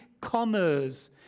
commerce